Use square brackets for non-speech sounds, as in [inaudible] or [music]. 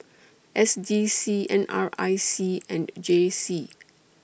[noise] S D C N R I C and J C